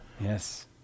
Yes